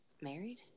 married